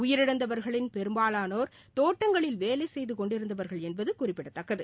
உயிரிழந்தவர்களில் பெரும்பாலோார் தோட்டங்களில் வேலை செய்து கொண்டிருந்தவர்கள் என்பது குறிப்பிடத்தக்கது